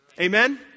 Amen